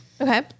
Okay